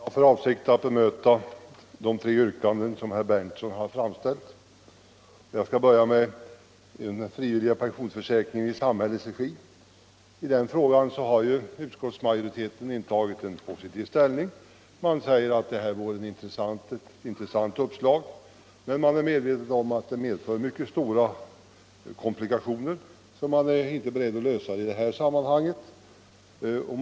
Herr talman! Jag har för avsikt att bemöta de tre yrkanden som herr Berndtson har framställt. Jag skall börja med den frivilliga pensionsförsäkringen i samhällets regi. Utskottsmajoriteten har i detta avseende intagit en positiv ställning och säger att det är ett intressant uppslag. Man är dock medveten om att det medför mycket stora komplikationer, och man är därför inte beredd att lösa problemet i detta sammanhang.